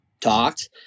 talked